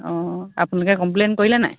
অঁ আপোনালোকে কমপ্লেইন কৰিলে নাই